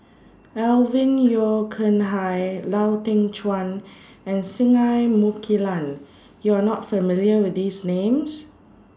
Alvin Yeo Khirn Hai Lau Teng Chuan and Singai Mukilan YOU Are not familiar with These Names